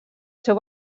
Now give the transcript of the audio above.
seu